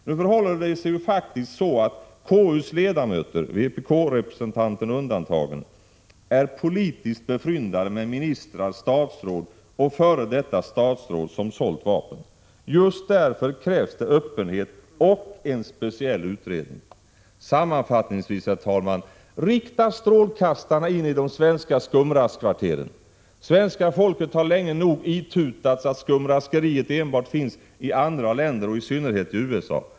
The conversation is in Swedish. Nu förhåller det sig faktiskt så att KU:s ledamöter — vpk-representanten undantagen — är politiskt befryndade med ministrar, statsråd och f.d. statsråd som sålt vapen. Just därför krävs det öppenhet och en speciell utredning. Sammanfattningsvis, herr talman: Rikta strålkastarna in i de svenska skumraskkvarteren! Svenska folket har länge nog itutats att skumraskeriet enbart finns i andra länder, i synnerhet i USA.